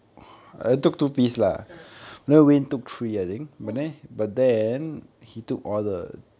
ah !wah!